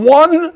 one